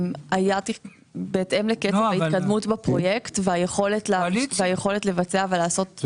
בהתאם לקצב התקדמות הפרויקט והיכולת לבצע --- קואליציה.